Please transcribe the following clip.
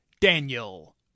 Daniel